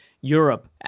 Europe